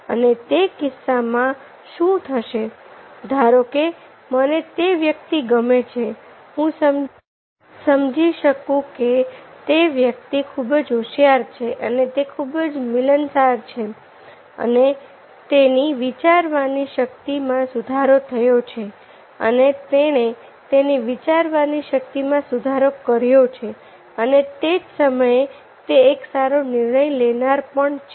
અને તે કિસ્સામાં શું થશે ધારો કે મને તે વ્યક્તિ ગમે છે હું સમજી શકે તે વ્યક્તિ ખૂબ જ હોશિયાર છે અને તે ખૂબ જ મિલનસાર છે અને તેની વિચારવાની શક્તિ માં સુધારો થયો છે અને તેણે તેની વિચારવાની શક્તિ માં સુધારો કર્યો છે અને તે જ સમયે તે એક સારો નિર્ણય લેનાર પણ છે